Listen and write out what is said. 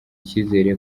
icyizere